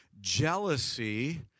jealousy